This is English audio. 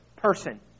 person